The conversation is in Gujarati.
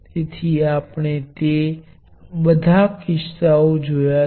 1LN ની બરાબર છે